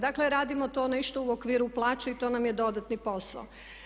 Dakle, radimo to nešto u okviru plaće i to nam je dodatni posao.